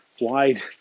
wide